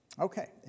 Okay